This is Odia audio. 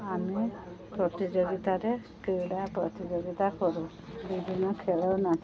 ଆମେ ପ୍ରତିଯୋଗିତାରେ କ୍ରୀଡ଼ା ପ୍ରତିଯୋଗିତା କରୁ ବିଭିନ୍ନ ଖେଳ ନା